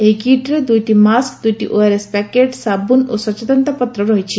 ଏହି କିଟ୍ରେ ଦୁଇଟି ମାସ୍କ ଦୁଇଟି ଓଆରଏସ ପ୍ୟାକେଟ ସାବୁନ ଓ ସଚେତନତା ପତ୍ର ରହିଛି